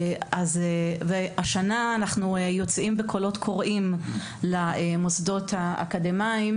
השנה אנחנו יוצאים בקולות קוראים למוסדות האקדמאים,